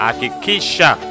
Akikisha